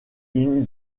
une